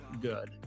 good